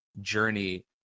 journey